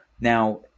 Now